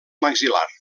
maxil·lar